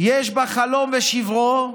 יש בה חלום ושברו,